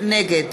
נגד